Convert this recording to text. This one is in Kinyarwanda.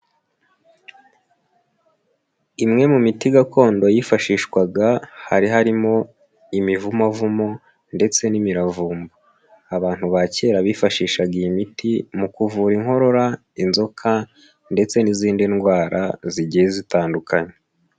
Imwe mu miti gakondo yifashishwaga hari harimo imivumavumo ndetse n'imiravumba, abantu ba kera bifashishaga iyi miti mu kuvura inkorora, inzoka ndetse n'izindi ndwara zigiye zitandukanye.